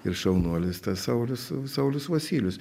ir šaunuolis tas saulius saulius vosylius